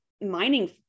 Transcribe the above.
mining